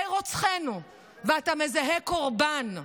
מגדולי רוצחינו ואתה מזהה קורבן.